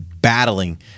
battling